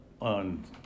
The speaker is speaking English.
on